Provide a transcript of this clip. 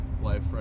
life